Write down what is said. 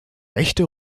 rechte